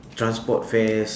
transport fares